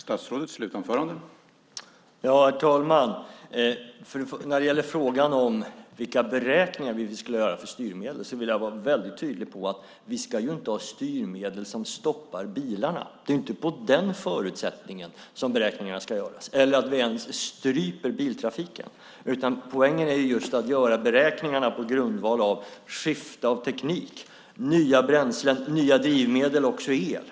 Herr talman! När det gäller frågan om vilka beräkningar vi skulle göra för styrmedel vill jag vara väldigt tydlig med att vi inte ska ha styrmedel som stoppar bilarna. Det är inte med den förutsättningen som beräkningarna ska göras eller att vi stryper biltrafiken. Poängen är att göra beräkningarna på grundval av skifte av teknik, nya bränslen, nya drivmedel, också el.